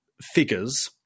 figures